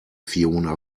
fiona